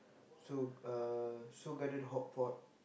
Seoul uh Seoul-Garden hotpot